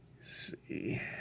see